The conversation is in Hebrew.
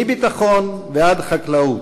מביטחון ועד חקלאות,